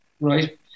right